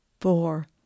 four